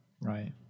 right